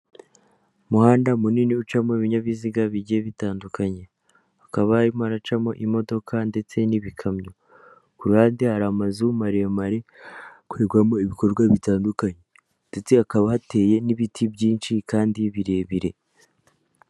Umuhanda munini ucamo ibinyabiziga bigiye bitandukanye, hakaba harimo haracamo imodoka ndetse n'ibikamyo kuruhande hari amazu maremare akorerwamo ibikorwa bitandukanye ndetse hakaba hateye n'ibiti byinshi kandi birebire.